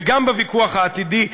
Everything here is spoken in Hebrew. וגם בוויכוח העתידי,